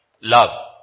Love